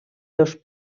dos